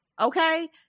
okay